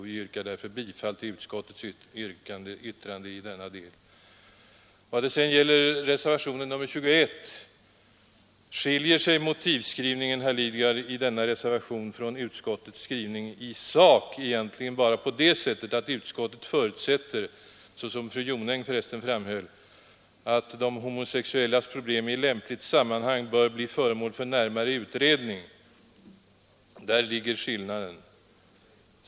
Jag yrkar därför bifall till vad utskottet anfört i denna del. Vad sedan gäller reservationen 21 skiljer sig motivskrivningen i denna reservation, herr Lidgard, från utskottets skrivning i sak egentligen bara på det sättet att utskottet förutsätter, såsom fru Jonäng för resten framhöll, att de homosexuellas problem i lämpligt sammanhang bör bli föremål för närmare utredning. Där ligger skillnaden.